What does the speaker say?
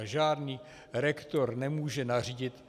Žádný rektor nemůže nařídit...